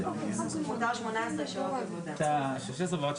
לאחר החתימה על התקנות נחזור ונתכנס בוועדה